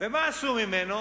ומה עשו ממנו?